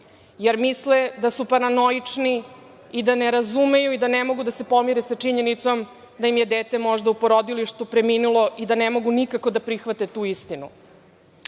jer misle da su paranoični i da ne razumeju i da ne mogu da se pomire sa činjenicom da im je dete možda u porodilištu preminulo i da ne mogu nikako da prihvate tu